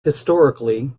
historically